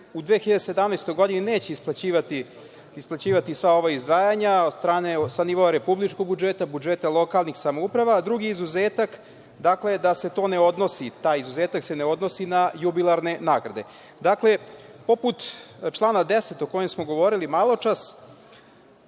u 2017. godini neće isplaćivati sva ova izdvajanja od strane, sa nivoa republičko budžeta, budžeta lokalnih samouprava, a drugi izuzetak, dakle, da se to ne odnosi, taj izuzetak se ne odnosi na jubilarne nagrade. Dakle, poput člana 10. o kome smo govorili malo čas,